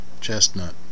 chestnut